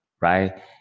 right